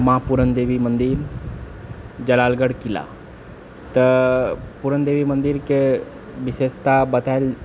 माँ पूरण देवी मन्दिर जलालगढ़ किला तऽ पूरण देवी मन्दिरके विशेषता बताएल